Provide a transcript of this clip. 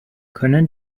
können